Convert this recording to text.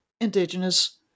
indigenous